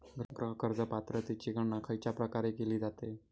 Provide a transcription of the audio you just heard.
गृह कर्ज पात्रतेची गणना खयच्या प्रकारे केली जाते?